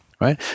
right